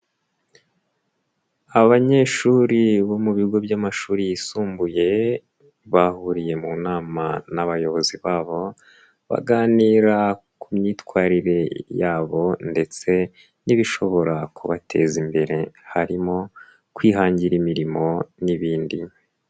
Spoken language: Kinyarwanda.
Abanyeshuri bo mu bigo by'amashuri yisumbuye, bahuriye mu nama n'abayobozi babo baganira ku myitwarire yabo ndetse n'ibishobora kubateza imbere harimo kwihangira imirimo n'ibindi.